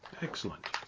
Excellent